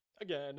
again